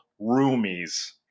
Roomies